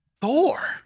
Thor